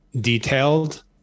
detailed